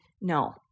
no